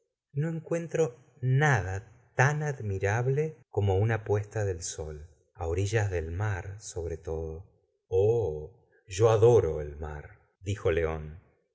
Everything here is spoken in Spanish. sol encuentro nada tan admirable como una puesta de sol orillas del mar sobre todo oh yo adoro el mar dijo león